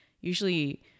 usually